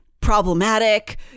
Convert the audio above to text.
problematic